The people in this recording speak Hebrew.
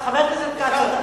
חבר הכנסת כץ,